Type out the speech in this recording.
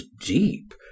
deep